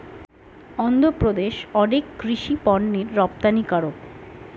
অন্ধ্রপ্রদেশ অনেক কৃষি পণ্যের রপ্তানিকারক